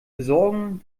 besorgen